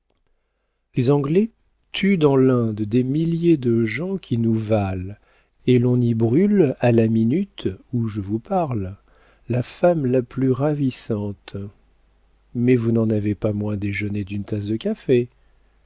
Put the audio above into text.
les anglais tuent dans l'inde des milliers de gens qui nous valent et l'on y brûle à la minute où je vous parle la femme la plus ravissante mais vous n'en avez pas moins déjeuné d'une tasse de café